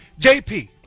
JP